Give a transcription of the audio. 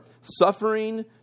suffering